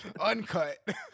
Uncut